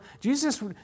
Jesus